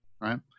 Right